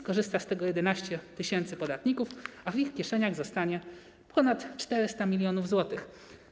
Skorzysta z tego 11 tys. podatników, a w ich kieszeniach zostanie ponad 400 mln zł.